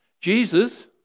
Jesus